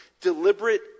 deliberate